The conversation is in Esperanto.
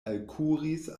alkuris